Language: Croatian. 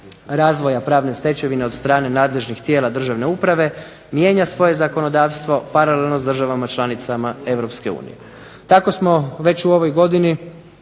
razvoja pravne stečevine od strane nadležnih tijela državne uprave mijenja svoje zakonodavstvo paralelno s državama članicama Europske unije. Tako smo već u ovoj godini